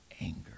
anger